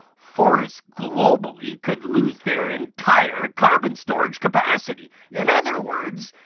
forests globally could lose their entire carbon storage capacity. in other words,